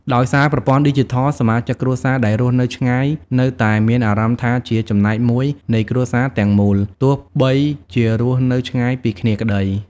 ដោយសារប្រព័ន្ធឌីជីថល សមាជិកគ្រួសារដែលរស់នៅឆ្ងាយនៅតែមានអារម្មណ៍ថាជាចំណែកមួយនៃគ្រួសារទាំងមូល ទោះបីជារស់នៅឆ្ងាយពីគ្នាក្ដី។